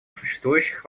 существующих